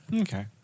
Okay